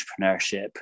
entrepreneurship